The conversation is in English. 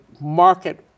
market